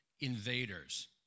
invaders